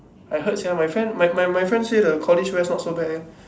I heard sia my friend my my my friend say the college west not so bad leh